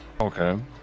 Okay